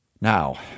Now